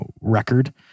record